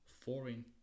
foreign